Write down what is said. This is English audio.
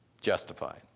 Justified